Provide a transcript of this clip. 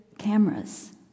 cameras